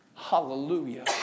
Hallelujah